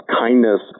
kindness